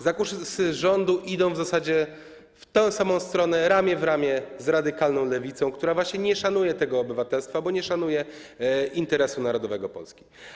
Zakusy rządu idą w zasadzie w tę samą stronę, rząd idzie ramię w ramię z radykalną lewicą, która właśnie nie szanuje tego obywatelstwa, bo nie szanuje interesu narodowego Polski.